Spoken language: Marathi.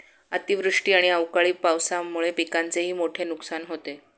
अतिवृष्टी आणि अवकाळी पावसामुळे पिकांचेही मोठे नुकसान होते